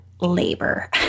labor